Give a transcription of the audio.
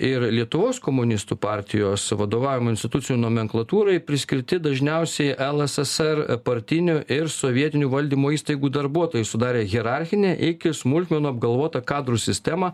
ir lietuvos komunistų partijos vadovavimo institucijų nomenklatūrai priskirti dažniausiai lssr partinių ir sovietinių valdymo įstaigų darbuotojai sudarė hierarchinę iki smulkmenų apgalvotą kadrų sistemą